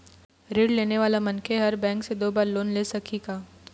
ऋण लेने वाला मनखे हर बैंक से दो बार लोन ले सकही का?